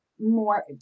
more